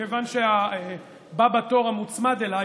כיוון שהבא בתור המוצמד אליי,